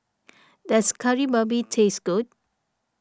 does Kari Babi taste good